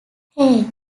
hey